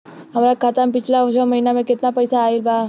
हमरा खाता मे पिछला छह महीना मे केतना पैसा आईल बा?